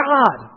God